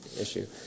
issue